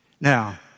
Now